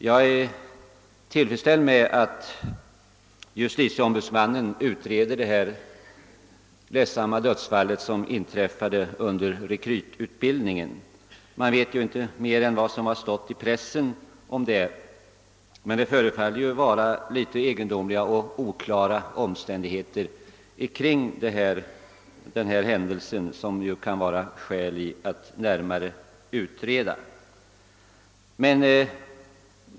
Jag är också tillfredsställd med att justitieombudsmannen utreder = det dödsfall som har inträffat under rekrytutbildningen. Jag vet inte mer om det än vad som har stått i pressen, men omständigheterna omkring det förefaller vara litet egendomliga och det kan finnas skäl att närmare utreda dem.